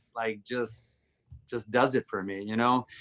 like, just just does it for me. you know,